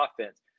offense